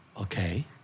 okay